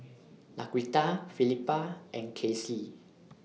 Laquita Felipa and Kaycee